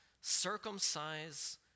circumcise